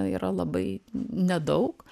na yra labai nedaug